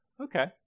Okay